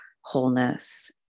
wholeness